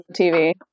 TV